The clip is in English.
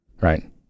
Right